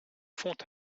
font